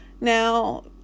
Now